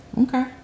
okay